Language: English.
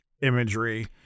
imagery